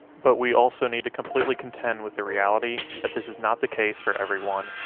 but we also need to completely contend with the reality that this is not the case for everyone,